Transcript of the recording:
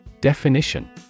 Definition